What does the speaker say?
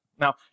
Now